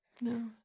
No